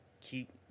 keep